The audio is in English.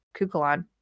Kukulon